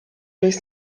durch